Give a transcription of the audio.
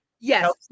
Yes